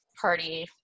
party